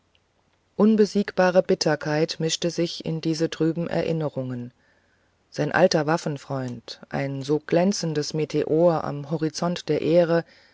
unbesiegbare bitterkeit mischte sich in diese trüben erinnerungen sein alter waffenfreund ein so glänzendes meteor am horizont der ehre